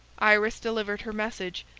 iris delivered her message,